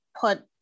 put